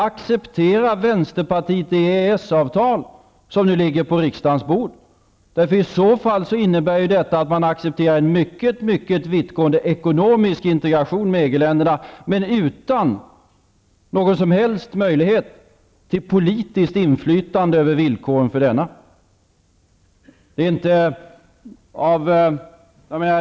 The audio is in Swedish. Accepterar Vänsterpartiet det EES-avtal som nu ligger på riksdagens bord? I så fall innebär ju detta att man accepterar en mycket mycket vittgående ekonomisk integration med EG-länderna men utan någon som helst möjlighet till politiskt inflytande över villkoren för denna.